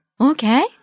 Okay